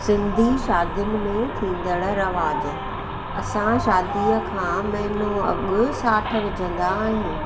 सिंधी शादिन में थींदड़ु रवाज असां शादीअ खां महिनो अॻु साट विझंदा आहियूं